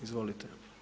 Izvolite.